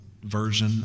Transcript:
version